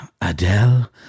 Adele